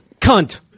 Cunt